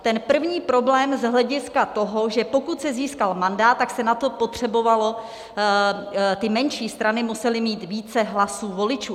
Ten první problém z hlediska toho, že pokud se získal mandát, tak se na to potřebovalo, ty menší strany musely mít více hlasů voličů.